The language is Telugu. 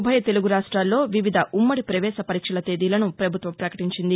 ఉభయ తెలుగు రాష్ట్రాల్లో వివిధ ఉమ్మది పవేశ పరీక్షల తేదీలను పభుత్వం పకటించింది